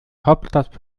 hauptstadt